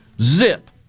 zip